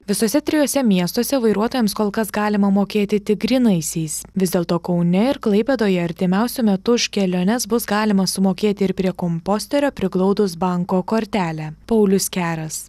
visuose trijuose miestuose vairuotojams kol kas galima mokėti tik grynaisiais vis dėlto kaune ir klaipėdoje artimiausiu metu už keliones bus galima sumokėti ir prie komposterio priglaudus banko kortelę paulius keras